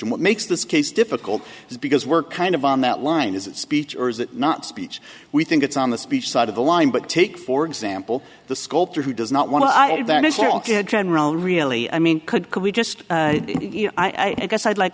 and what makes this case difficult is because we're kind of on that line is it speech or is it not speech we think it's on the speech side of the line but take for example the sculptor who does not want to identify general really i mean could could we just i guess i'd like